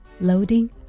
Loading